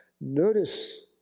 Notice